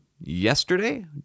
yesterday